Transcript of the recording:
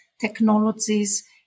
technologies